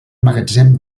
magatzem